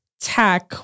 tech